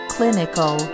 Clinical